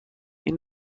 این